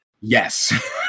Yes